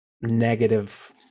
negative